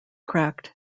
cracked